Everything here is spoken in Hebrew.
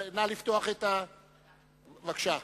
בבקשה.